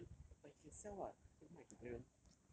he 可以 but he can sell [what] can 卖给别人